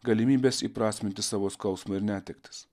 galimybės įprasminti savo skausmą ir netektis